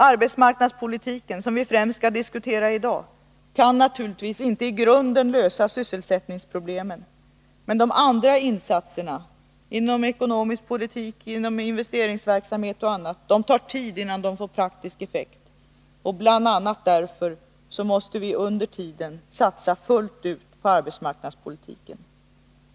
Arbetsmarknadspolitiken, som vi främst skall diskutera i dag, kan naturligtvis inte i grunden lösa sysselsättningsproblemen, men de andra åtgärderna, inom ekonomisk politik och investeringspolitik, tar tid innan de får praktisk effekt. Bl. a. därför måste vi under tiden satsa fullt ut på arbetsmarknadspolitiken.